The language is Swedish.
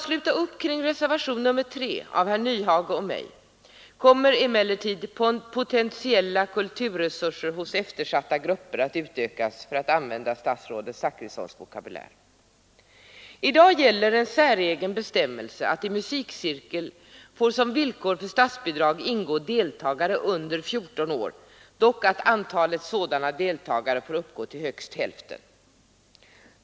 Sluter man upp kring reservationen 3 av herr Nyhage och mig vid utbildningsutskottets betänkande kommer emellertid potentiella kulturresurser hos eftersatta grupper att utökas, för att använda statsrådet Zachrissons vokabulär. I dag gäller en säregen bestämmelse att i musikcirkel får som villkor för statsbidrag ingå deltagare under 14 år, dock att antalet sådana deltagare får uppgå till högst hälften.